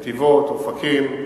נתיבות, אופקים,